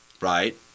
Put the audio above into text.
right